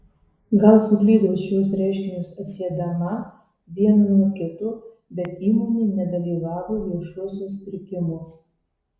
gal suklydau šiuos reiškinius atsiedama vieną nuo kito bet įmonė nedalyvavo viešuosiuos pirkimuos